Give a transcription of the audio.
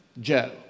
Joe